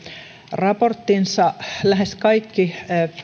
raporttinsa lähes kaikki